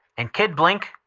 and kid blink,